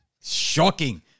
Shocking